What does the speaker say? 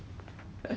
but it's damn